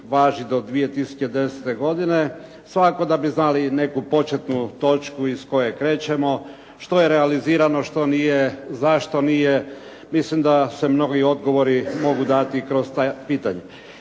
važi do 2010. godine, svakako da bi znali i neku početnu točku iz koje krećemo, što je realizirano, što nije, zašto nije. Mislim da se mnogi odgovori mogu dati kroz to pitanje.